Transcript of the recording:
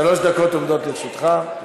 שלוש דקות עומדות לרשותך.